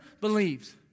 believes